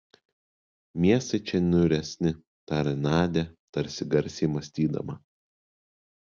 miestai čia niūresni tarė nadia tarsi garsiai mąstydama